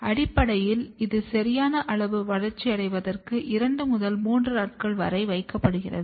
அடிப்படையில் இது சரியான அளவு வளர்ச்சியடைவதற்கு 2 முதல் 3 நாட்கள் வரை வைக்கப்படுகிறது